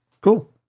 cool